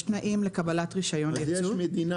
יש תנאים לקבלת רישיון ייצוא --- אז יש מדינה